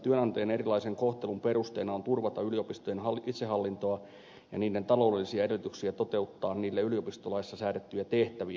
työnantajan erilaisen kohtelun perusteena on turvata yliopistojen itsehallintoa ja niiden taloudellisia edellytyksiä toteuttaa niille yliopistolaissa säädettyjä tehtäviä